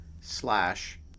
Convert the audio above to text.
slash